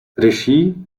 regie